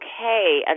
okay